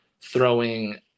throwing